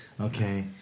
Okay